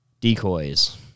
decoys